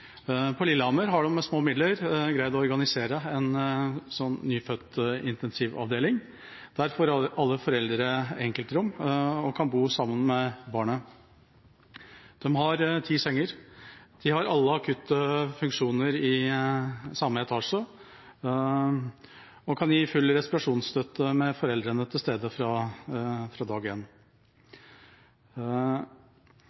På Lillehammer har de med små midler greid å organisere en nyfødtintensivavdeling der alle foreldre får enkeltrom og kan bo sammen med barnet. De har ti senger, de har alle akutte funksjoner i samme etasje og kan gi full respirasjonsstøtte med foreldrene til stede fra